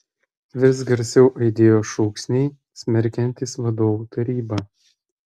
vis garsiau aidėjo šūksniai smerkiantys vadovų tarybą